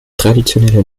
traditionelle